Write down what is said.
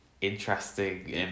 interesting